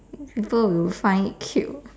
think people will find it cute